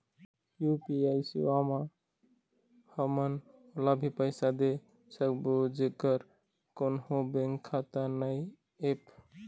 UPI सेवा म हमन ओला भी पैसा दे सकबो जेकर कोन्हो बैंक खाता नई ऐप?